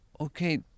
okay